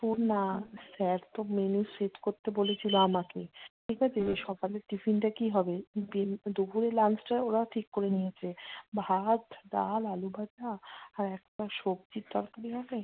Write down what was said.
শোন না স্যার তো মেনু সেট করতে বলেছিলো আমাকে ঠিক আছে সকালের টিফিনটা কী হবে টিফিন দুপুরের লাঞ্চটা ওরা ঠিক করে নিয়েছে ভাত ডাল আলু ভাজা আর একটা সবজির তরকারি হবে